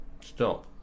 stop